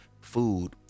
food